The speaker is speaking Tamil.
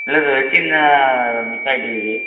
இல்லை சார் வச்சுருந்தேன் மிஸ் ஆகிட்டு இருக்குது